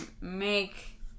make